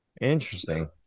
Interesting